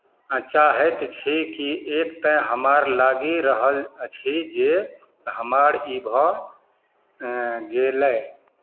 चाहैत छी किएक तऽ हमर लागि रहल अछि जे हमर ई भऽ गेलै